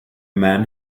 man